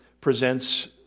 presents